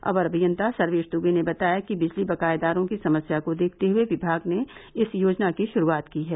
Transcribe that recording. अवर अभियंता सर्वेश दुबे ने बताया कि बिजली बकायेदारों की समस्या को देखते हुए विभाग ने इस योजना की शुरूआत की है